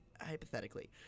hypothetically